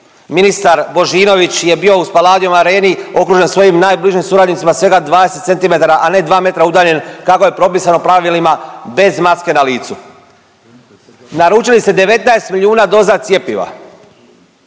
ministar Božinović je bio u Spaladium areni okružen svojim najbližim suradnicima svega 20 cm, a ne 2 metra udaljen kako je propisano pravilima bez maske na licu. Naručili ste 19 milijuna doza cjepiva.